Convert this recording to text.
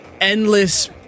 endless